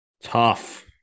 Tough